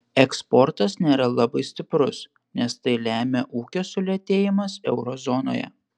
eksportas nėra labai stiprus nes tai lemia ūkio sulėtėjimas euro zonoje